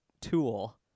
Tool